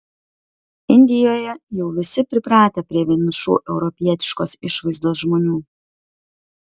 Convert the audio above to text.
indijoje jau visi pripratę prie vienišų europietiškos išvaizdos žmonių